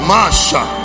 Masha